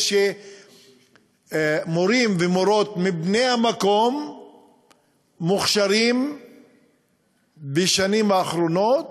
שמורים ומורות מבני המקום מוכשרים בשנים האחרונות,